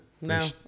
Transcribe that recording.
No